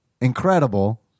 Incredible